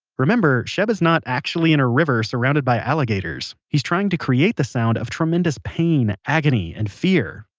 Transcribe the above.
remember, sheb is not actually in a river surrounded by alligators, he's trying to create the sound of tremendous pain, agony, and fear,